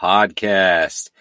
Podcast